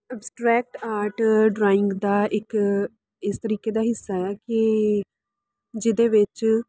abstract art drawing ਦਾ ਇੱਕ ਇਸ ਤਰੀਕੇ ਦਾ ਹਿੱਸਾ ਹੈ ਕਿ ਜਿਹਦੇ ਵਿੱਚ